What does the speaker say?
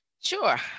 Sure